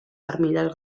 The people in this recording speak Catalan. armilles